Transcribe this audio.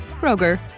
Kroger